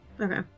Okay